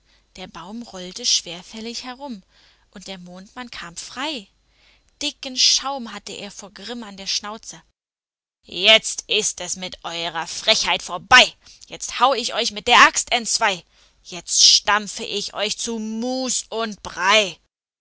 der baum rollte schwerfällig herum und der mondmann kam frei dicken schaum hatte er vor grimm an der schnauze jetzt ist es mit eurer frechheit vorbei jetzt hau ich euch mit der axt entzwei jetzt stampfe ich euch zu mus und brei